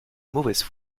mauvaise